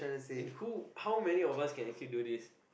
and who how many of us can actually do this